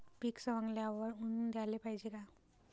पीक सवंगल्यावर ऊन द्याले पायजे का?